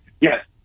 Yes